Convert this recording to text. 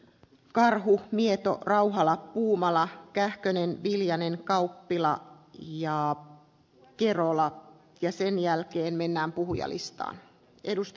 karhun mieto rauhala puumala kähkönen viljanen kauppila ja kierolat ja sen jälkeen minnan arvoisa puhemies